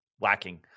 lacking